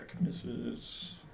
misses